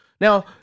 Now